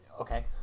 Okay